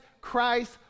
Christ